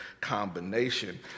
combination